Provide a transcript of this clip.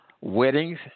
weddings